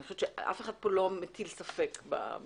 אני חושבת שאף אחד לא מטיל ספק במקוואות.